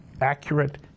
accurate